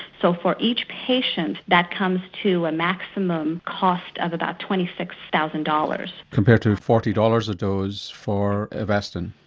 so for each patient that comes to a maximum cost of about twenty six thousand dollars. compared to forty dollars a dose for avastin.